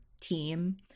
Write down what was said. team